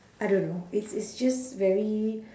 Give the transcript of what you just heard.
I don't know it's it's just very